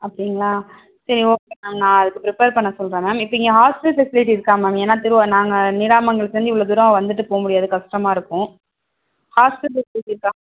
அப்படிங்களா சரி okay ma'am நான் அதுக்கு ப்ரிப்பேர் பண்ண சொல்லுறேன் மேம் இப்போ இங்கே ஹாஸ்ட்டல் ஃபெசிலிட்டி இருக்கா மேம் ஏன்னா திருவ நாங்கள் நீடாமங்கலத்துலேந்து இவ்வளோ தூரம் வந்துவிட்டு போக முடியாது கஸ்டமாக இருக்கும் ஹாஸ்ட்டல் ஃபெசிலிட்டி இருக்கா